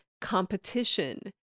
competition